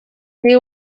gai